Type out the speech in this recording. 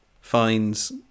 finds